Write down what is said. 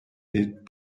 est